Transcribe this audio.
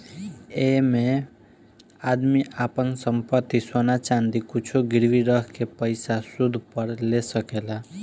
ऐइमे आदमी आपन संपत्ति, सोना चाँदी कुछु गिरवी रख के पइसा सूद पर ले सकेला